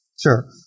Sure